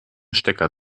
stecker